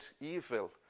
evil